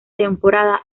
temporada